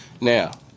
Now